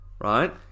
right